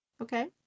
Okay